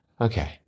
Okay